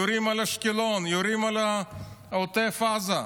יורים על אשקלון, יורים על עוטף עזה,